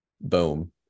boom